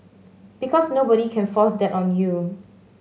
because nobody can force that on you